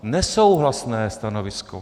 Nesouhlasné stanovisko.